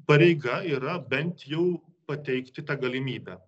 pareiga yra bent jau pateikti tą galimybę